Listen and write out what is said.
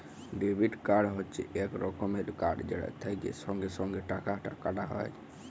debit card হচ্যে এক রকমের কার্ড যেটা থেক্যে সঙ্গে সঙ্গে টাকা কাটা যায়